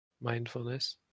mindfulness